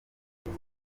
umwe